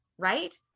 right